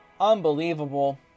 unbelievable